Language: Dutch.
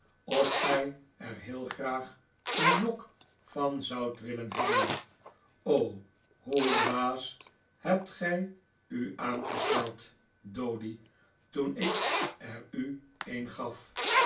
of gij er heel graag een lok van zoudt willen hebben o hoe dwaas hebt gij u aangesteld doady toen ik er u een gaf